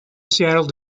seattle